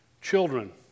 Children